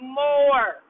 more